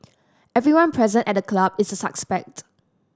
everyone present at the club is suspect